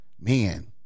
Man